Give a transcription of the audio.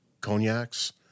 cognacs